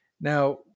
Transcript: Now